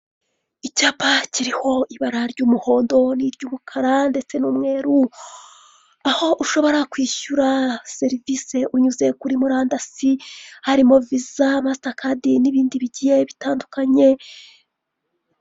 Icyapa kiriho ibara ry'umuhondo ry'ubukara ndetse n'umweru, aho ushobora kwishyura serivisi unyuze kuri murandasi harimo viza mastakadi n'ibindi bigiye bitandukanye.